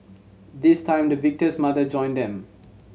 this time the victim's mother joined them